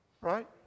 right